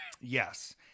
Yes